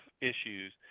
issues